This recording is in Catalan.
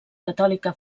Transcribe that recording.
catòlica